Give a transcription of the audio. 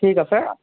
ঠিক আছে